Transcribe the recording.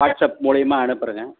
WhatsApp மூலிமா அனுப்புகிறேங்க